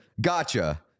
Gotcha